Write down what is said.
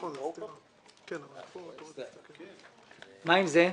הוא אומר,